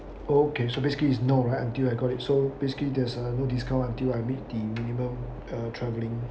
okay so basically is no right until I got it so basically there's uh no discount until I meet the minimum uh travelling